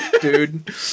dude